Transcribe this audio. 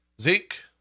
Zeke